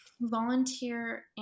volunteer